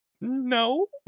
No